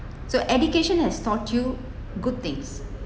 so education has taught you good things